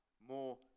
more